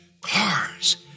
cars